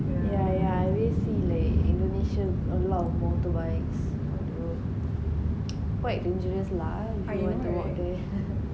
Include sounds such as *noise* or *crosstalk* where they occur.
yeah yeah I always see like indonesia a lot of motorbikes ah quite dangerous lah eh we want to walk there *laughs*